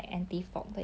oh okay